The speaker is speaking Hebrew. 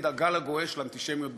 הגל הגועש של אנטישמיות בארצות-הברית.